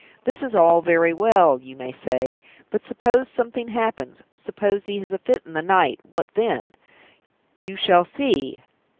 this is all very well you may say but suppose something happens, suppose he has a fit in the night, what then you shall see!